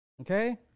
Okay